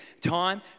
Time